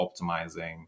optimizing